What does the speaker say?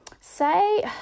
say